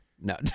No